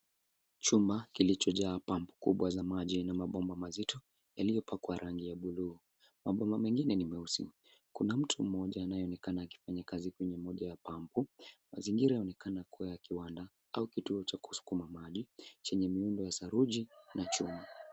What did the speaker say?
Chumba kilichojaa pump kubwa za maji na mabomba mazito yaliyopakwa yangi ya buluu. Mabomba mengine ni meusi, kuna mtu mmoja anayeonekana akifanya kazi kwenye moja ya pampu. Mazingira yanaonekana kuwa ya kiwanda au kituo cha kuskuma maji chenye miundo ya saruji na chuma.